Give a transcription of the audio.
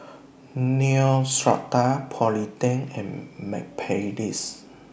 Neostrata Polident Am Mepilex